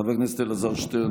חבר הכנסת אלעזר שטרן,